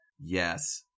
yes